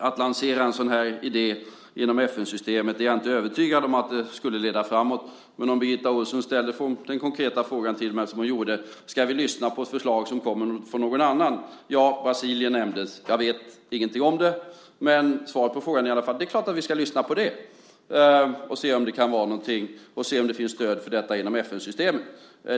Att lansera en sådan här idé genom FN-systemet är jag inte övertygad om skulle leda framåt. Men Birgitta Ohlsson ställer den konkreta frågan till mig: Ska vi lyssna på förslag som kommer från någon annan? Ja, Brasilien nämndes. Jag vet ingenting om det, men svaret på frågan är i alla fall att det är klart att vi ska lyssna på det och se om det kan vara någonting och se om det finns stöd för det inom FN-systemet.